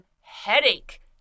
headache